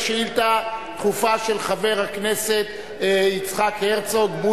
שאילתא דחופה של חבר הכנסת והשר לשעבר יצחק הרצוג,